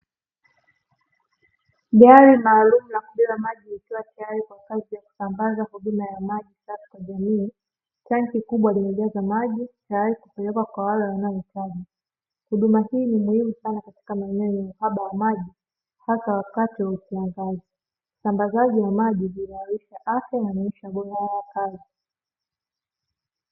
Gari maalumu la kubeba maji likiwa tayari kwa kusambaza huduma ya maji katika jamii, tanki kubwa limejaza maji maji ya tayari kupelekwa kwa wale wanao hitaji, huduma hii ni muhimu sana katika maeneo yenye uhaba wa maji hasa wakati wa kiangazi usumbazaji wa maji una imarisha afya na ubora wao wa kazi.